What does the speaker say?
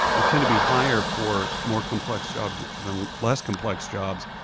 they tend to be higher for more complex jobs than less complex jobs,